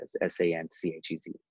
S-A-N-C-H-E-Z